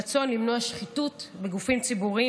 זה רצון למנוע שחיתות בגופים ציבוריים,